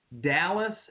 Dallas